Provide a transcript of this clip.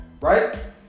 right